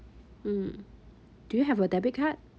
mm do you have a debit card